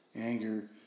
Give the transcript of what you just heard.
anger